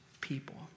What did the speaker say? people